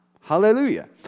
Hallelujah